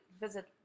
visit